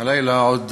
הלילה עוד